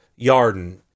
Yarden